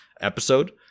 episode